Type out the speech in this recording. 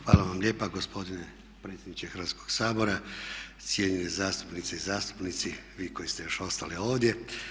Hvala vam lijepa gospodine predsjedniče Hrvatskog sabora, cijenjene zastupnice i zastupnici vi koji ste još ostali ovdje.